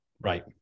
Right